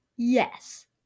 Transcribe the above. yes